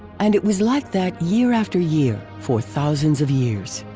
and it was like that year after year for thousands of years.